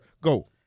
Go